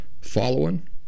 following